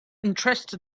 interested